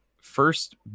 first